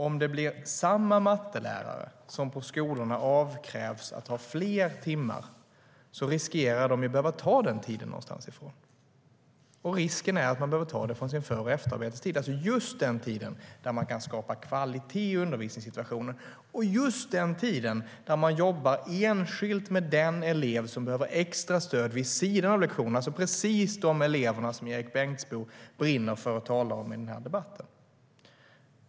Om det blir samma mattelärare som på skolorna avkrävs fler timmar riskerar de att behöva ta den tiden någonstans ifrån. Risken är då att man behöver ta det från sin för och efterarbetestid, alltså just den tiden där man kan skapa kvalitet i undervisningssituationen och just den tiden där man jobbar enskilt med den elev som behöver extra stöd vid sidan av lektionen, alltså precis de eleverna som Erik Bengtzboe brinner för och talar om i denna debatt.